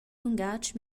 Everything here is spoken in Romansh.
lungatg